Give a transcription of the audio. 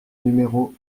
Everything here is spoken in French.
numéro